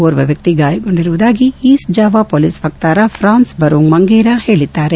ಓರ್ವ ವಕ್ಷಿ ಗಾಯಗೊಂಡಿರುವುದಾಗಿ ಈಸ್ಟ್ ಜಾವಾ ಪೊಲೀಸ್ ವಕ್ತಾರ ಫ್ರಾನ್ಸ್ ಬರೂಂಗ್ ಮಂಗೇರಾ ಹೇಳಿದ್ದಾರೆ